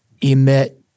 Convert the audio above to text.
emit